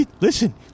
Listen